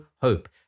hope